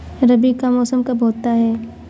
रबी का मौसम कब होता हैं?